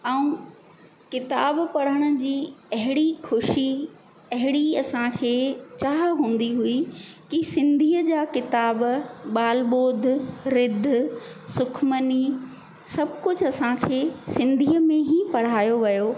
ऐं किताबु पढ़ण जी अहिड़ी ख़ुशी अहिड़ी असां खे चाह हूंदी हुई की सिंधीअ जा किताब ॿालॿोध रिद्ध सुखमनी सभु कुझु असांखे सिंधीअ में ई पढ़ायो वियो